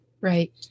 Right